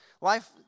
life